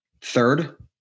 third